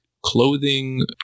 clothing